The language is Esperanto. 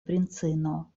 princino